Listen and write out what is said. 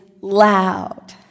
loud